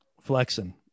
flexing